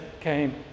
came